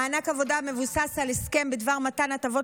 מענק עבודה המבוסס על הסכם בדבר מתן הטבות